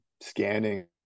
scanning